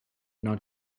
not